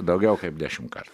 daugiau kaip dešim kart